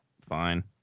fine